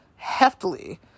heftily